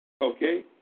Okay